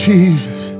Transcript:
Jesus